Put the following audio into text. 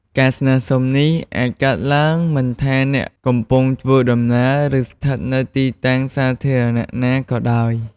ការស្នើសុំនេះអាចកើតឡើងមិនថាអ្នកកំពុងធ្វើដំណើរ ឬស្ថិតនៅទីតាំងសាធារណៈណាក៏ដោយ។